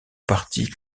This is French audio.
parti